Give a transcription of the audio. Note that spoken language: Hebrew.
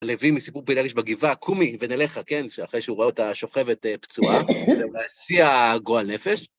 לוי מסיפור פילגש בגבעה, קומי, ונלכה אחרי שהוא רואה אותה שוכבת פצועה. זהו, להסיע גועל נפש.